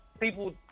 People